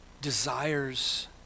desires